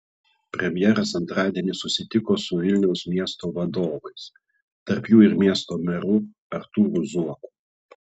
premjeras antradienį susitiko su vilniaus miesto vadovais tarp jų ir miesto meru artūru zuoku